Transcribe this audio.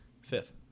Fifth